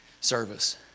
service